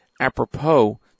apropos